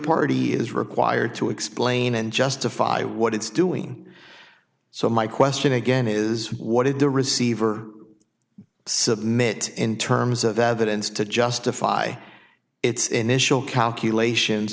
party is required to explain and justify what it's doing so my question again is what did the receiver submit in terms of evidence to justify its initial calculations